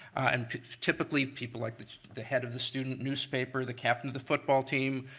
and typically, people like the the head of the student newspaper, the captain of the football team,